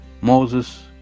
Moses